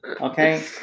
okay